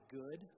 good